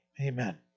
Amen